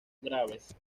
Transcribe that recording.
graves